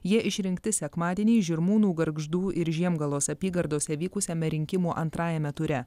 jie išrinkti sekmadienį žirmūnų gargždų ir žiemgalos apygardose vykusiame rinkimų antrajame ture